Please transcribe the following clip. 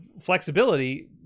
flexibility